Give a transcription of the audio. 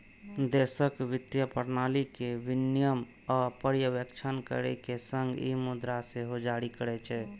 देशक वित्तीय प्रणाली के विनियमन आ पर्यवेक्षण करै के संग ई मुद्रा सेहो जारी करै छै